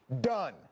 Done